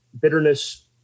Bitterness